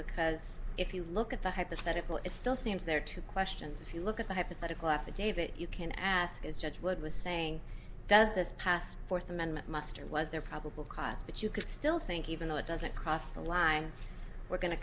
because if you look at the hypothetical it still seems there are two questions if you look at the hypothetical affidavit you can ask is judge what was saying does this past fourth amendment muster was there probable cause but you could still think even though it doesn't cross the line we're going to